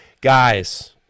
Guys